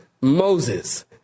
Moses